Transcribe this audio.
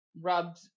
Rubbed